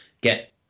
get